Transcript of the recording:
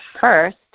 first